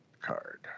card